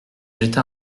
jeta